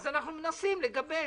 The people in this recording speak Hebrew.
אז אנחנו מנסים לגבש